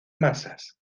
masas